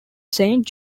saint